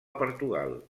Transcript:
portugal